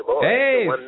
Hey